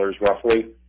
roughly